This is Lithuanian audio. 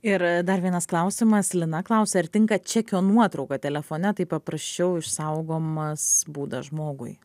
ir dar vienas klausimas lina klausia ar tinka čekio nuotrauka telefone tai paprasčiau išsaugomas būdas žmogui